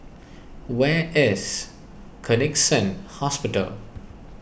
where is Connexion Hospital